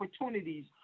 opportunities